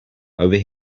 over